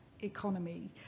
economy